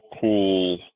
cool